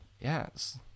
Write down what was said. Yes